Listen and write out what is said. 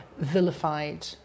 vilified